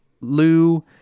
Lou